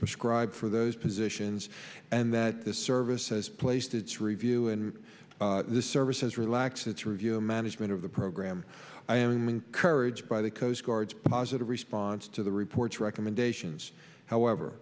prescribed for those positions and that the services placed its review and services relax its review management of the program i am encouraged by the coastguards positive response to the report's recommendations however